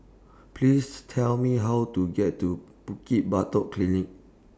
Please Tell Me How to get to Bukit Batok Polyclinic